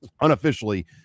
Unofficially